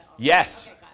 Yes